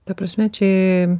ta prasme čia